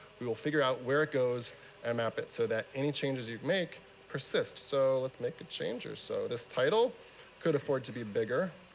we will figure out where it goes and map it, so that any changes you make persists. so let's make a change or so. this title could afford to be bigger.